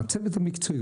הצוות המקצועי,